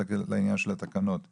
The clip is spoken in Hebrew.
אלא לעניין של התקנות לבטיחות.